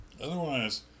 Otherwise